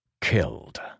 Killed